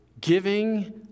giving